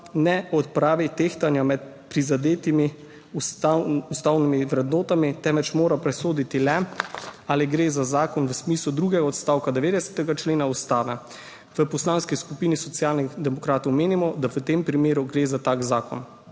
ne odpravi tehtanja med prizadetimi ustavnimi vrednotami, temveč mora presoditi le, ali gre za zakon v smislu drugega odstavka 90. člena Ustave. V Poslanski skupini Socialnih demokratov menimo, da v tem primeru gre za tak zakon.